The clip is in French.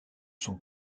son